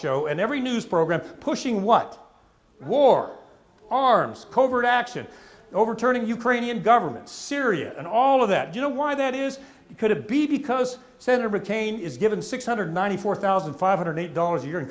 show and every news program pushing what war arms covert action overturning ukrainian government syria and all of that do you know why that is could it be because senator mccain is given six hundred ninety four thousand five hundred eight dollars a year